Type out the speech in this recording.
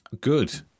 Good